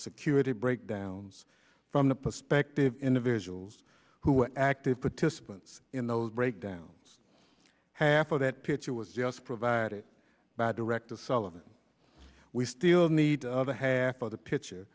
security breakdowns from the perspective of individuals who were active participants in those breakdowns half of that picture was just provided by director sullivan we still need other half of the picture